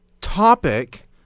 topic